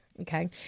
Okay